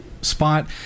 spot